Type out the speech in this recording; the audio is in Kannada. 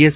ಎಸ್